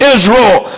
Israel